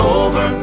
over